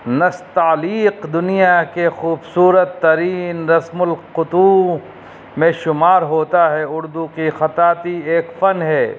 نستعلیق دنیا کے خوبصورت ترین رسم الخطوط میں شمار ہوتا ہے اردو کی خطاتی ایک فن ہے